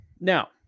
Now